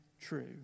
true